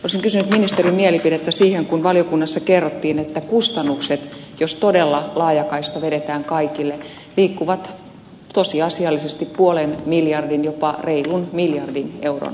olisin kysynyt ministerin mielipidettä siihen kun valiokunnassa kerrottiin että jos todella laajakaista vedetään kaikille kustannukset liikkuvat tosiasiallisesti puolessa miljardissa jopa reilussa miljardissa eurossa